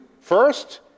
first